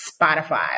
spotify